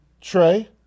trey